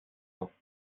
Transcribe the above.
ans